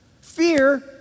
fear